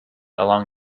along